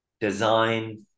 design